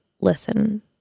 listen